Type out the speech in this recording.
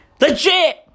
Legit